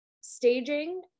staging